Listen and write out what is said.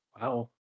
Wow